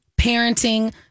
parenting